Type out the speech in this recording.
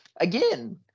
again